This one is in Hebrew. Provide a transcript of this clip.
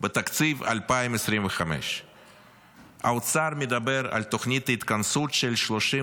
בתקציב 2025. האוצר מדבר על תוכנית התכנסות של 37